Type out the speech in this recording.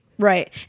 Right